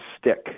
stick